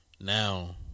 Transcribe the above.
now